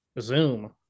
Zoom